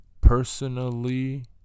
personally